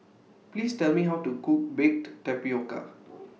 Please Tell Me How to Cook Baked Tapioca